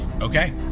Okay